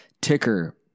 ticker